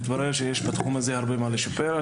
מתברר שיש בתחום הזה הרבה מה לשפר.